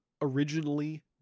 originally